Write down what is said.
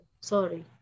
Sorry